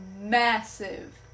massive